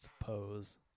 suppose